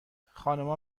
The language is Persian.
خانوما